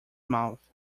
mouth